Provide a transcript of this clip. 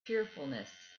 cheerfulness